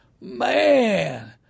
man